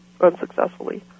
unsuccessfully